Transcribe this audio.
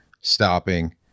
stopping